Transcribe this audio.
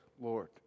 Lord